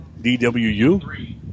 DWU